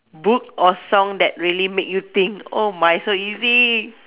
book or song that really make you think oh my so easy